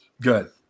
Good